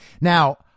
Now